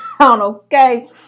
okay